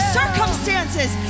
circumstances